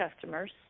customers